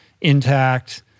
intact